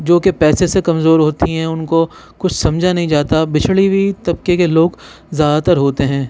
جو کہ پیسے سے کمزور ہوتی ہیں ان کو کچھ سمجھا نہیں جاتا بچھڑی ہوئی طبقے کے لوگ زیادہ تر ہوتے ہیں